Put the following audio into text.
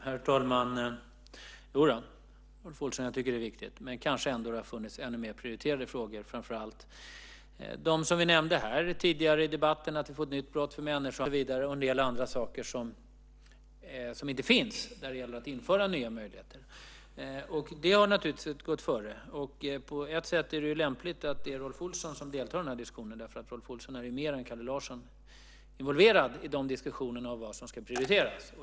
Herr talman! Jodå, Rolf Olsson, jag tycker att det är viktigt. Men kanske har det ändå funnits ännu mer prioriterade frågor, framför allt de som vi nämnde här tidigare i debatten, att vi fått ett nytt brott för människohandel. Det är en del andra saker som inte finns, där det gäller att införa nya möjligheter. Det har naturligtvis gått före. På ett sätt är det lämpligt att det är Rolf Olsson som deltar i den här diskussionen, för Rolf Olsson är ju mer än Kalle Larsson involverad i diskussionerna om vad som ska prioriteras.